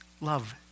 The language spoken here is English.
love